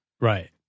Right